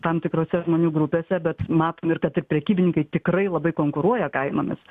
tam tikrose žmonių grupėse bet matome ir kad ir prekybininkai tikrai labai konkuruoja kainomis